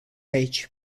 aici